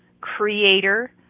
creator